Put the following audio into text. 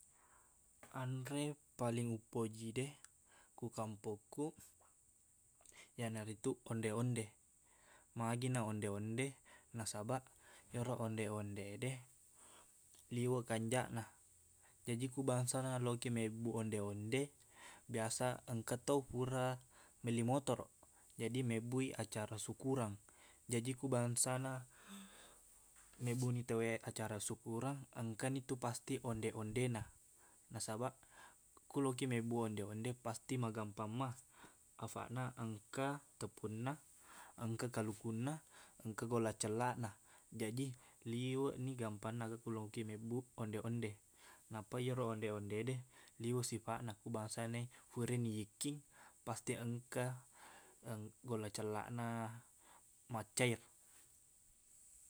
Anre paling upojide ku kampokkuq iyanaritu onde-onde magina onde-onde nasabaq iyero onde-ondede liweq kanjaqna jaji ku bangsana laokiq mebbuq onde-onde biasa engka tau pura melli motoroq jadi mebbuq i acara sukurang jaji ku bangsana mebbuqni tauwe acara sukurang engkanitu pasti onde-ondena nasabaq ku lokkiq mebbuq onde-onde pasti magampang mua afaqna engka tepunna engka kalukunna engka golla cellaqna jaji liweqni gampanna ko lokiq mebbuq onde-onde nappa iyero onde-ondede liweq sipaqna ku bangsanai furani ikking pasti engka eng- golla cellaqna maccair